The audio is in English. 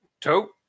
two